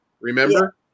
remember